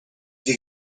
have